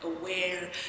aware